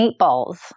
Meatballs